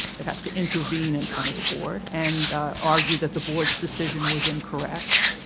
it has to intervene in front of the board and argue that the board's decision was incorrect,